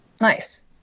Nice